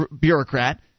bureaucrat